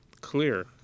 clear